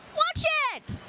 watch it!